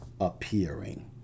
appearing